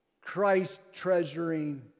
Christ-treasuring